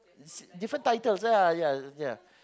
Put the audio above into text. different titles ah ya ya